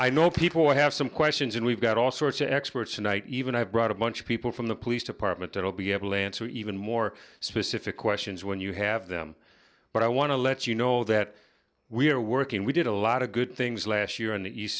note people have some questions and we've got all sorts of experts tonight even i've brought a bunch of people from the police department that will be able to answer even more specific questions when you have them but i want to let you know that we are working we did a lot of good things last year on the east